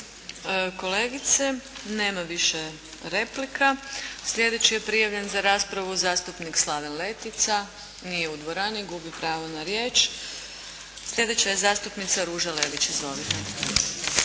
kolegice. Nema više replika. Sljedeći je prijavljen za raspravu zastupnik Slaven Letica. Nje u dvorani. Gubi pravo na riječ. Sljedeća je zastupnica Ruža Lelić. Izvolite.